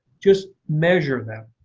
just measure them.